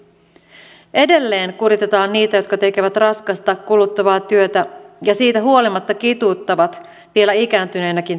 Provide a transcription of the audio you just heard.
edelleen kuritetaan niitä jotka tekevät raskasta kuluttavaa työtä ja siitä huolimatta kituuttavat vielä ikääntyneinäkin töissä